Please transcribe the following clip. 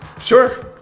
Sure